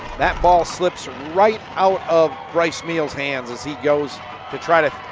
that ball slips right out of bryce meehl's hand as he goes to try to